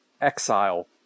exile